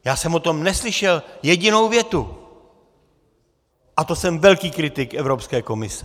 Já jsem o tom neslyšel jedinou větu, a to jsem velký kritik Evropské komise.